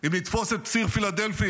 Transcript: אם נתפוס את ציר פילדלפי,